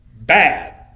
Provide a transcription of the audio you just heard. bad